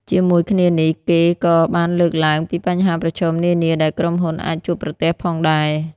ជាមួយគ្នានេះ គេក៏បានលើកឡើងពីបញ្ហាប្រឈមនានាដែលក្រុមហ៊ុនអាចជួបប្រទះផងដែរ។